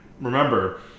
Remember